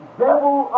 devil